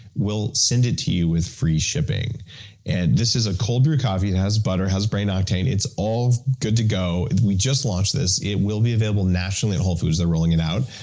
we'll send it to you with free shipping and this is a cold-brew coffee. it has butter, has brain octane, it's all good to go. we just launched this. it will be available nationally at whole foods. they're rolling it out,